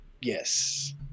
Yes